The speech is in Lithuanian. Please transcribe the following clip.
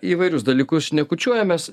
įvairius dalykus šnekučiuojamės